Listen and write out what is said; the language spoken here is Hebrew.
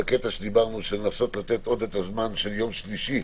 לנסות לתת את יום שלישי,